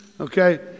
Okay